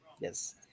Yes